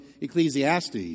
Ecclesiastes